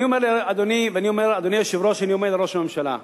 אני אומר לראש הממשלה,